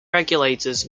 regulators